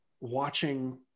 watching